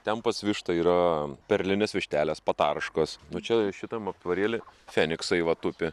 ten pas vištą yra perlinės vištelės patarškos nu čia šitam aptvarėly feniksai va tupi